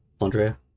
Andrea